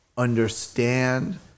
Understand